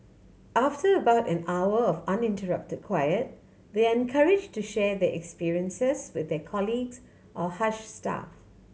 after about an hour of uninterrupted quiet they are encourage to share their experiences with their colleagues or hush staff